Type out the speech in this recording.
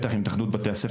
בטח עם התאחדות בתי הספר.